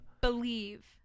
Believe